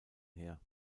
her